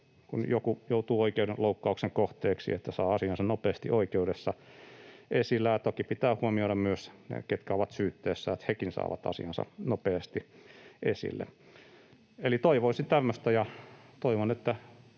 kun joku joutuu oikeudenloukkauksen kohteeksi, hän saa asiansa nopeasti oikeudessa esille. Ja toki pitää huomioida myös ne, jotka ovat syytteessä, että hekin saavat asiansa nopeasti esille. Eli toivoisin tämmöistä, ja toivon, että